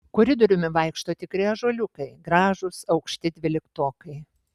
koridoriumi vaikšto tikri ąžuoliukai gražūs aukšti dvyliktokai